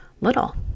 little